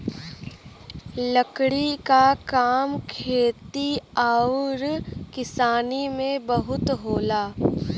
लकड़ी क काम खेती आउर किसानी में बहुत होला